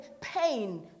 pain